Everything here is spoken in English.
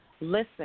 listen